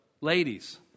ladies